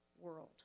world